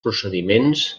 procediments